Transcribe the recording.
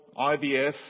IVF